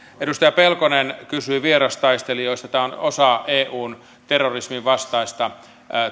edustaja pelkonen kysyi vierastaistelijoista tämä on osa eun terrorismin vastaista